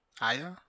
Aya